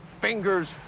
fingers